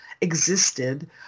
existed